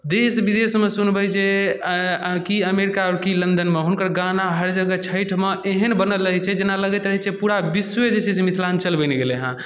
देश विदेशमे सुनबै जे की अमेरीका आओर की लन्दनमे हुनकर गाना हर जगह छठिमे एहन बनल रहैत छै जेना लगैत रहैत छै पूरा विश्वे जे छै से मिथलाञ्चल बनि गेलै हँ